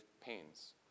pains